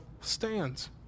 stands